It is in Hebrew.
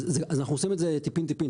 אז אנחנו עושים טיפין טיפין.